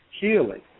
healing